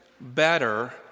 better